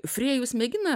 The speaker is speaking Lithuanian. frėjus mėgina